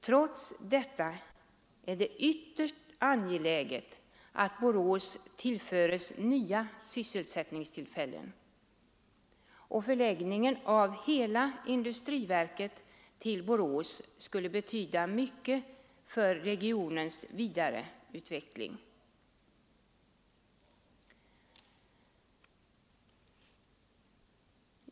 Trots detta är det ytterst angeläget att Borås tillförs nya sysselsättningstillfällen, och förläggningen av hela industriverket till Borås skulle betyda mycket för regionens vidareutveckling.